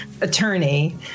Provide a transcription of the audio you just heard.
attorney